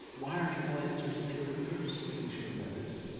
why aren't journal editors and peer reviewers making sure about this?